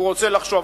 הוא רוצה לחשוב.